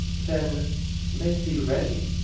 then make thee ready,